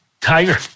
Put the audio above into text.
Tiger